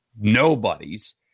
nobody's